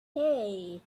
hey